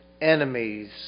enemies